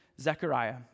Zechariah